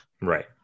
Right